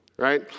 right